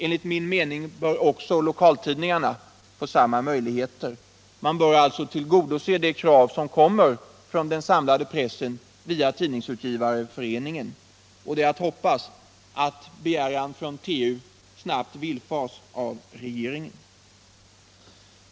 Enligt min mening bör också lokaltidningarna få samma möjlighet. Man bör alltså tillgodose det krav som kommer från den samlade pressen via Tidningsutgivarföreningen, och det är att hoppas att denna begäran snabbt villfars av regeringen.